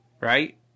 right